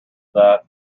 that